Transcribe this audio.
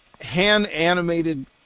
hand-animated